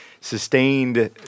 sustained